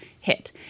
hit